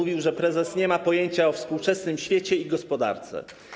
mówił, że prezes nie ma pojęcia o współczesnym świecie i gospodarce.